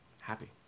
happy